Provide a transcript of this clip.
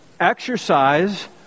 Exercise